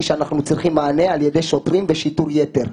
שאנחנו צריכים מענה על ידי שוטרים ושיטור יתר.